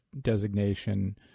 designation